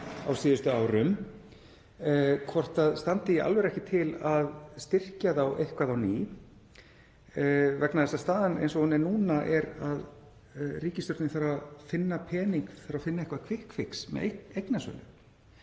á síðustu árum. Hvort það standi í alvöru ekki til að styrkja þá eitthvað á ný vegna þess að staðan eins og hún er núna er að ríkisstjórnin þarf að finna pening, þarf að finna eitthvert „kvikk fix“ með eignasölu.